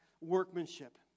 workmanship